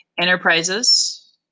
enterprises